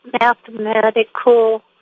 mathematical